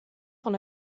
van